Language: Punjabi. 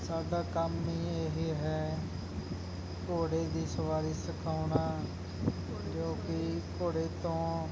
ਸਾਡਾ ਕੰਮ ਹੀ ਇਹ ਹੈ ਘੋੜੇ ਦੀ ਸਵਾਰੀ ਸਿਖਾਉਣਾ ਜੋ ਕਿ ਘੋੜੇ ਤੋਂ